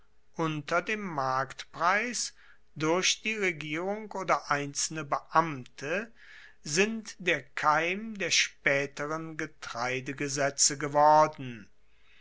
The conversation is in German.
unter dem marktpreis durch die regierung oder einzelne beamte sind der keim der spaeteren getreidegesetze geworden